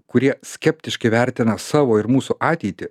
kurie skeptiškai vertina savo ir mūsų ateitį